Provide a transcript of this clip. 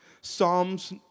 Psalms